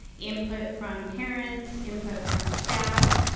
input from parents, input from staff,